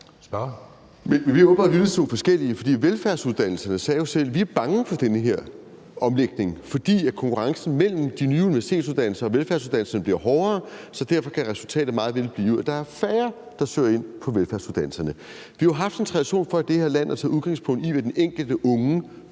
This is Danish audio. Vi har åbenbart lyttet til nogle forskellige, for velfærdsuddannelserne sagde jo selv: Vi er bange for den her omlægning, fordi konkurrencen mellem de nye universitetsuddannelser og velfærdsuddannelserne bliver hårdere, og derfor kan resultatet meget vel at blive, at der er færre, der søger ind på velfærdsuddannelserne. Vi har jo haft sådan en tradition for i det her land at tage udgangspunkt i, hvad den enkelte unge